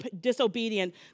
disobedient